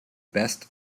best